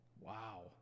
Wow